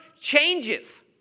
changes